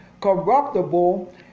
corruptible